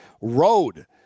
road